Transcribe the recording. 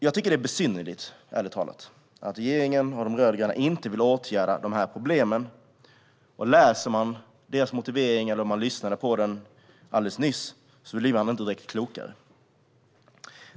Jag tycker att det är besynnerligt att regeringen och de rödgröna inte vill åtgärda dessa problem. Om man läser eller lyssnar på deras motivering blir man inte klokare.